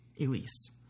Elise